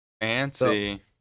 Fancy